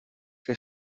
que